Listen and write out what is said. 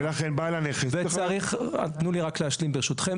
--- ברשותכם, תנו לי להשלים.